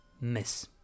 miss